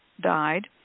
died